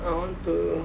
I want to